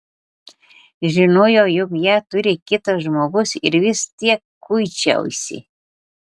žinojau jog ją turi kitas žmogus ir vis tiek kuičiausi